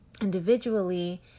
individually